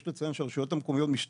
יש לציין שהרשויות המקומיות משתתפות